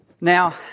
Now